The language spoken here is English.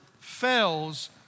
fails